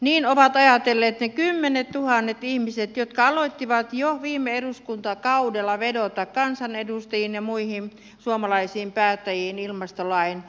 niin ovat ajatelleet ne kymmenettuhannet ihmiset jotka alkoivat jo viime eduskuntakaudella vedota kansanedustajiin ja muihin suomalaisiin päättäjiin ilmastolain puolesta